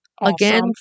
Again